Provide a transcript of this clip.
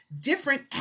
different